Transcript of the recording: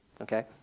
Okay